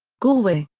galway.